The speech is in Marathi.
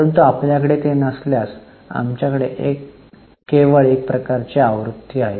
परंतु आपल्याकडे ते नसल्यास आमच्याकडे केवळ एक प्रकारचे आवृत्ती आहे